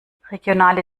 regionale